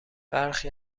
برخی